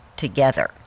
together